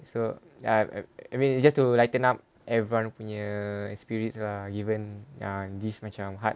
so ya I I mean it's just to lighten up everyone punya spirits lah given ya this macam hard